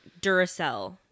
Duracell